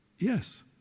yes